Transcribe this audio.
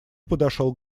подошел